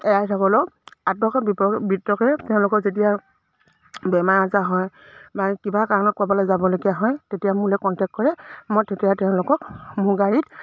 এৰাই থ'ব লওঁ আপদে বিপদে তেওঁলোকৰ যেতিয়া বেমাৰ আজাৰ হয় বা কিবা কাৰণত ক'বালৈ যাবলগীয়া হয় তেতিয়া মোলৈ কণ্টেক্ট কৰে মই তেতিয়া তেওঁলোকক মোৰ গাড়ীত